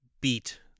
beat